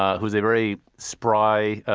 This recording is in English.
ah who is a very spry,